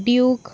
duke